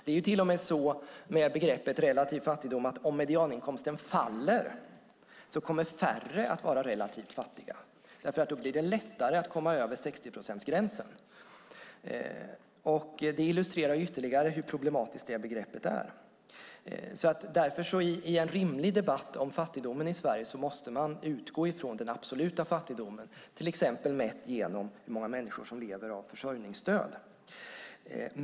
Det är till och med så med begreppet relativ fattigdom att om medianinkomsten faller kommer färre att vara relativt fattiga därför att det då blir lättare att komma över 60-procentsgränsen. Det illustrerar ytterligare hur problematiskt detta begrepp är. I en rimlig debatt om fattigdomen i Sverige måste man därför utgå från den absoluta fattigdomen, till exempel mätt genom hur många människor som lever av försörjningsstöd.